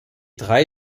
drei